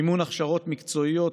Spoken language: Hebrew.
מימון הכשרות מקצועיות,